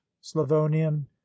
slavonian